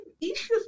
issues